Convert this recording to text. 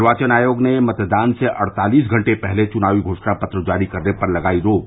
निर्वाचन आयोग ने मतदान से अड़तालीस घंटे पहले चुनावी घोषणा पत्र जारी करने पर लगाई रोक